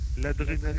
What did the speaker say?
L'adrénaline